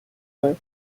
her